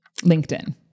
LinkedIn